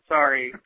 Sorry